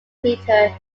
theatre